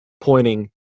pointing